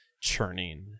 churning